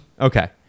Okay